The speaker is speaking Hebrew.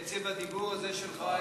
קצב הדיבור הזה שלך,